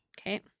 Okay